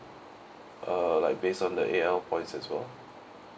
uh like based on the A_L points as well